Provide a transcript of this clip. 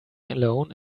alone